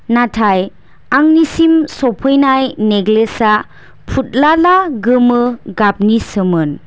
नाथाय आंनिसिम सफैनाय नेक्लेस आ फुद्लाला गोमो गाबनिसोमोन